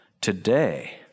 Today